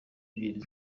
ebyiri